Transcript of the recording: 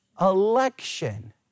Election